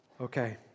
okay